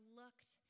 looked